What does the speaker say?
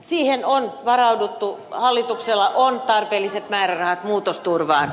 siihen on varauduttu hallituksella on tarpeelliset määrärahat muutosturvaan